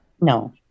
No